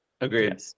Agreed